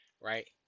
right